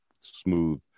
smooth